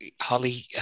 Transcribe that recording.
Holly